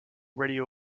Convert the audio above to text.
radio